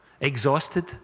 exhausted